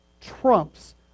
trumps